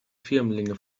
firmlinge